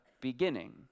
beginning